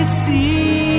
see